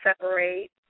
separate